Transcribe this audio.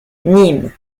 nîmes